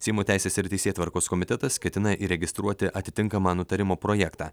seimo teisės ir teisėtvarkos komitetas ketina įregistruoti atitinkamą nutarimo projektą